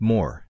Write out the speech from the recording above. More